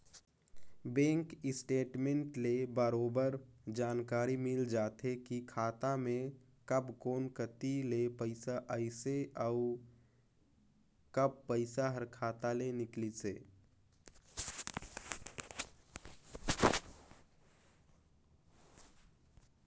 bank statement ले बरोबर जानकारी मिल जाथे की खाता मे कब कोन कति ले पइसा आइसे अउ कब पइसा हर खाता ले निकलिसे